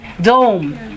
dome